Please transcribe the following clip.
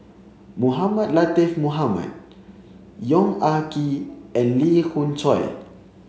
Mohamed Latiff Mohamed Yong Ah Kee and Lee Khoon Choy